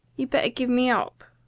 you'd better give me up.